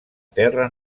terra